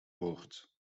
woord